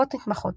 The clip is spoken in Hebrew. שפות נתמכות